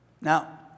Now